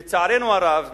לצערנו הרב,